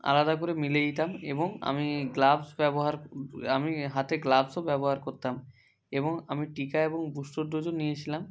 আলাদা করে মিলে দিতাম এবং আমি গ্লাভস ব্যবহার আমি হাতে গ্লাভসও ব্যবহার করতাম এবং আমি টিকা এবং বুস্টার ডোজও নিয়েছিলাম